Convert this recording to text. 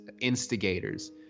instigators